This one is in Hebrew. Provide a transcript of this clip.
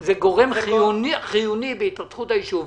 שזה גורם חיוני בהתפתחות יישוב,